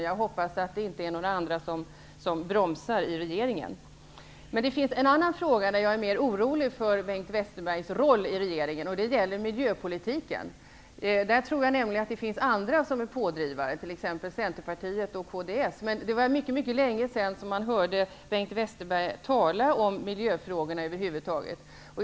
Jag hoppas att inte några andra i regeringen bromsar. I en annan fråga, är jag mer orolig över Bengt Westerbergs roll i regeringen, nämligen när det gäller miljöpolitiken. Jag tror nämligen att det finns andra som är pådrivare, exempelvis Centerpartiet och Kristdemokraterna. Det var länge sedan man hörde Bengt Westerberg tala om miljöfrågorna över huvud taget.